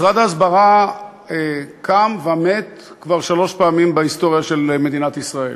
משרד ההסברה קם ומת כבר שלוש פעמים בהיסטוריה של מדינת ישראל.